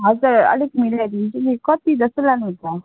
हजुर अलिक मिलाइदिन्छु नि कति जस्तो लानुहुन्छ